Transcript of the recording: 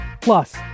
Plus